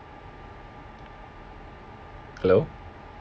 hello